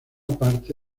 parte